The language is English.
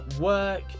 work